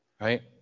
Right